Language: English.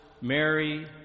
Mary